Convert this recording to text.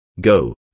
Go